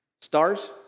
stars